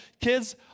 kids